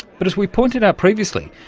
but as we've pointed out previously,